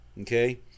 Okay